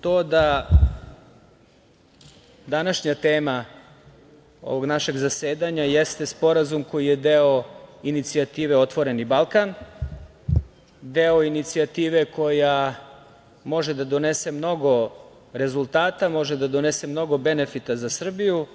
to da današnja tema ovog našeg zasedanja jeste Sporazum koji je deo inicijative „Otvoreni Balkan“, deo je inicijative koja može da donese mnogo rezultata, može da donese mnogo benefita za Srbiju.